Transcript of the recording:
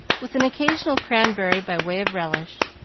with an occasional cranberry by way of relish.